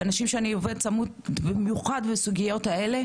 ואנשים שאני עובדת צמוד ובמיוחד בסוגיות האלה,